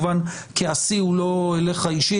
כעסי הוא לא אליך אישית.